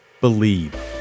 believe